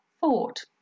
thought